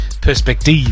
perspective